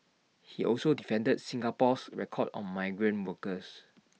he also defended Singapore's record on migrant workers